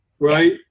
right